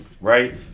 right